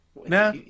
Nah